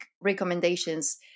recommendations